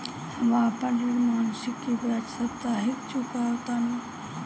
हम अपन ऋण मासिक के बजाय साप्ताहिक चुकावतानी